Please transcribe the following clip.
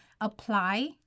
apply